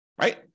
right